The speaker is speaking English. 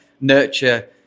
nurture